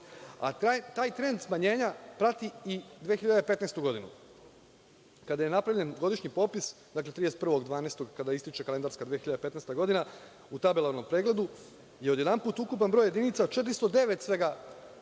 a taj trend smanjenja prati i 2015. godinu. Kada je napravljen godišnji popis, dakle, 31. decembra, kada ističe kalendarska 2015. godina, u tabelarnom pregledu je odjedanput ukupan broj jedinica čak 409 svega